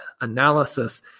analysis